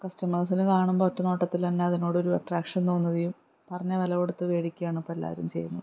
കസ്റ്റമേഴ്സിന് കാണുമ്പോൾ ഒറ്റ നോട്ടത്തിൽതന്നെ അതിനോടൊരു അട്രാക്ഷൻ തോന്നുകയും പറഞ്ഞ വില കൊടുത്ത് മേടിക്കുകയാണ് ഇപ്പോൾ എല്ലാവരും ചെയ്യുന്നത്